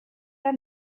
der